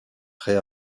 prêts